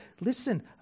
listen